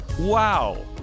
Wow